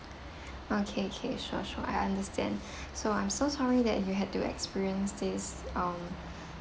okay okay sure sure I understand so I'm so sorry that you had to experience this um